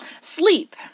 Sleep